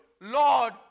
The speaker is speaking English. Lord